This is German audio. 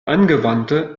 angewandte